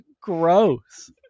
gross